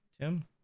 tim